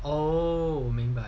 oh 明白